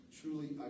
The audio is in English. truly